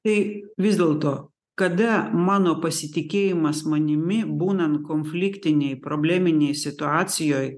tai vis dėlto kada mano pasitikėjimas manimi būnant konfliktinėj probleminėj situacijoj